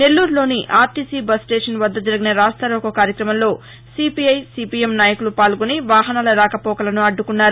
నెల్లూరులోని RTC bus station వద్ద జరిగిన రాస్తారోకో కార్యక్రమంలో సీపీఐ సీపీఎం నాయకులు పాల్గొని వాహనాల రాకపోకలను అడ్డుకున్నారు